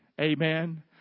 Amen